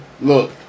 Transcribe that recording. look